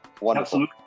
Wonderful